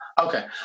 okay